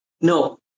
No